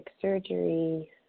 surgery